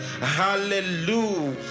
Hallelujah